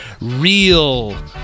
real